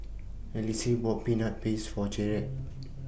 Alison bought Peanut Paste For Garrett